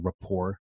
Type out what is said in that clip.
rapport